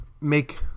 make